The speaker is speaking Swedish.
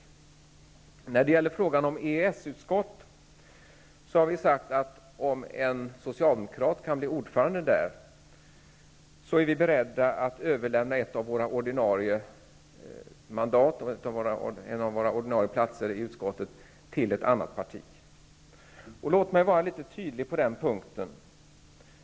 När det gäller frågan om EES-utskottet har vi sagt, att om en socialdemokrat kan bli ordförande i utskottet är vi beredda att överlämna en av våra ordinarie platser i utskottet till ett annat parti. Låt mig vara litet tydlig på den punkten.